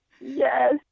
Yes